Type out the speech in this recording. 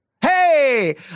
Hey